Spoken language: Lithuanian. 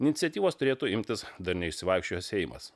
iniciatyvos turėtų imtis dar neišsivaikščiojęs seimas